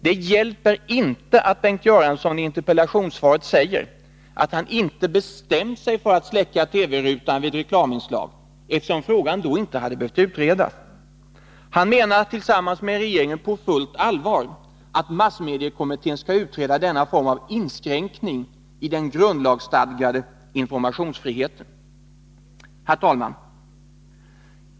Det hjälper inte att Bengt Göransson i interpellationssvaret säger att han inte bestämt sig för att släcka TV-rutan vid reklaminslag, eftersom frågan då inte hade behövt utredas. Han menar, tillsammans med regeringen, på fullt allvar att massmediekommittén skall utreda denna form av inskränkning i den grundlagsstadgade informationsfriheten. Herr talman!